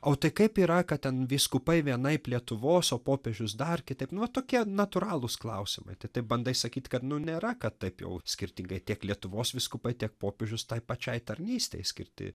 o tai kaip yra kad ten vyskupai vienaip lietuvos o popiežius dar kitaip nu vat tokie natūralūs klausimai tai taip bandai sakyt kad nu nėra kad taip jau skirtingai tiek lietuvos vyskupai tiek popiežius tai pačiai tarnystei skirti